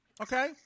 Okay